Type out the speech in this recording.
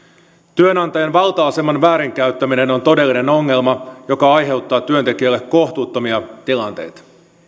työnantajan valta aseman väärinkäyttäminen on todellinen ongelma joka aiheuttaa työntekijälle kohtuuttomia tilanteita